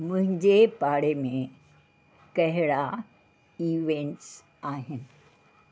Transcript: मुंहिंजे पाड़े में कहिड़ा इवेंट्स आहिनि